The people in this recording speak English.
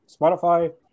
Spotify